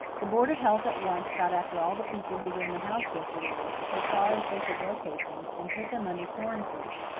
the board of health at once got after all the people who were in the house yesterday, so far as they could locate them, and put them under quarantine.